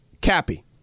Cappy